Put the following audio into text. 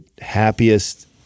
happiest